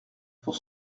pour